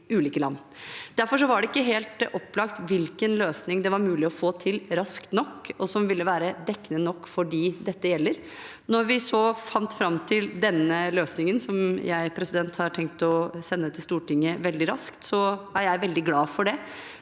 Derfor var det ikke helt opplagt hvilken løsning det var mulig å få til raskt nok, som ville være dekkende nok for dem dette gjelder. Når vi så fant fram til denne løsningen – som jeg har tenkt å sende til Stortinget veldig raskt – er jeg veldig glad for det.